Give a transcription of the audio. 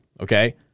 okay